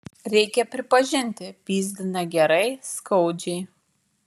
reikia pripažinti pyzdina gerai skaudžiai